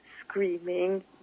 screaming